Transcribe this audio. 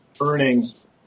earnings